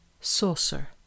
Saucer